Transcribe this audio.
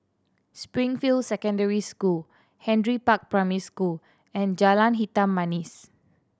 Springfield Secondary School Henry Park Primary School and Jalan Hitam Manis